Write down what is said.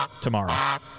tomorrow